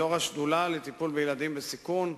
שהיא יושבת-ראש השדולה לטיפול בילדים בסיכון,